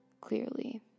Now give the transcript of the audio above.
clearly